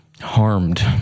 harmed